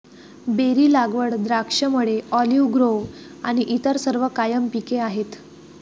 berry लागवड, द्राक्षमळे, olive grove आणि इतर सर्व कायम पिके आहेत